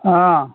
অঁ